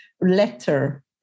letter